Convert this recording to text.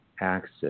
access